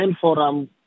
forum